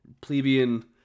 plebeian